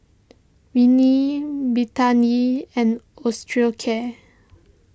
Rene Betadine and Osteocare